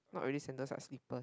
not really sandals lah slippers